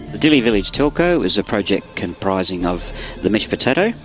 dili village telco is a project comprising of the mesh potato,